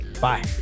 Bye